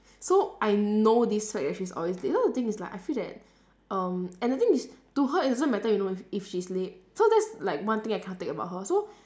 so I know this side that she's always late you know the thing is like I feel that um and the thing is to her it doesn't matter you know if if she's late so that's like one thing I cannot take about her so